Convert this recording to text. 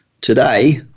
today